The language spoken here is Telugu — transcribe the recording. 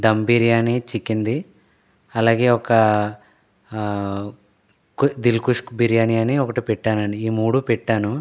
దమ్ బిర్యానీ చికెన్ది అలాగే ఒక కు దిల్ కుష్ బిర్యానీ అని ఒకటి పెట్టానండి ఈ మూడు పెట్టాను